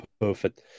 perfect